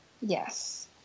Yes